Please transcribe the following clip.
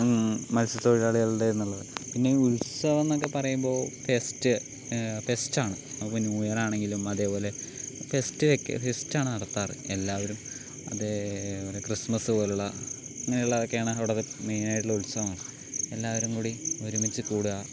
മത്സ്യ തൊഴിലാളികളുടേതെന്നുള്ളത് പിന്നെ ഈ ഉൽസവമെന്നൊക്കെ പറയുമ്പോൾ ഫെസ്റ്റ് ഫെസ്റ്റാണ് ന്യൂ ഇയറാണെങ്കിലും അതേപോലെ ഫെസ്റ്റ് ഫെസ്റ്റാണ് നടത്താറ് എല്ലാവരും അതേ ഒരു ക്രിസ്മസ് പോലുള്ള അങ്ങനെയുള്ളതൊക്കെയാണ് അവിടെ മെയിനായിട്ടുള്ള ഉത്സവം എല്ലാവരും കൂടി ഒരുമിച്ച് കൂടുക